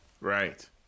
Right